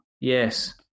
Yes